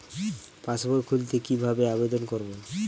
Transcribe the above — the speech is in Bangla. পাসবই খুলতে কি ভাবে আবেদন করব?